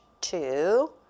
Two